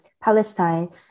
Palestine